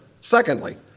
Secondly